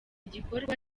gikorwa